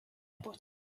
butter